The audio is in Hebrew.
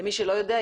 למי שלא יודע,